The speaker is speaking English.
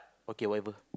okay whatever